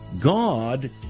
God